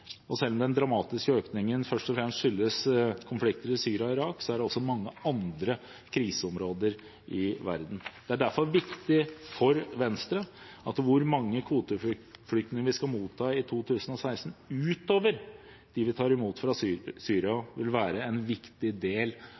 og selv om den dramatiske økningen først og fremst skyldes konflikter i Syria og Irak, er det også mange andre kriseområder i verden. Det er derfor viktig for Venstre at hvor mange kvoteflyktninger vi skal motta i 2016 utover dem vi tar imot fra Syria, vil være en viktig del